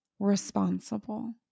responsible